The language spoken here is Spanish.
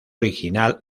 original